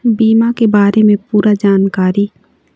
बीमा के बारे म पूरा जानकारी?